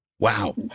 Wow